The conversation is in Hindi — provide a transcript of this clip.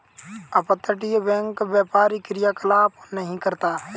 अपतटीय बैंक व्यापारी क्रियाकलाप नहीं करता है